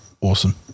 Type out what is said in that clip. awesome